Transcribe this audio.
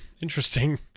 interesting